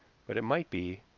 but it might be,